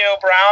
Brown